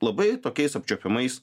labai tokiais apčiuopiamais